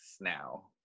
Now